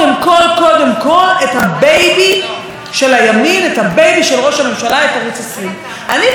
את ערוץ 20. אני בעד שערוץ 20 יהיה פתוח,